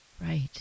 Right